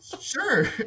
sure